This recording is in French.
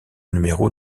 numéro